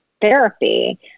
therapy –